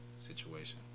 situation